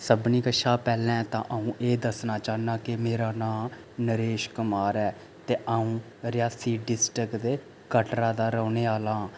सभनें कशा पैह्लें ते अं'ऊ एह् दस्सना चाह्न्नां कि मेरा नांऽ नरेश कुमार ऐ ते अं'ऊ रियासी डिस्ट्रिक्ट दे कटरा दा रौह्ने आह्ला आं